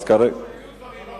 היו דברים מעולם.